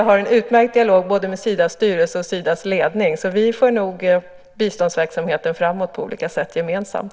Jag tycker att jag har en utmärkt dialog med både Sidas styrelse och Sidas ledning, så vi för nog biståndsverksamheten framåt på olika sätt gemensamt.